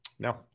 No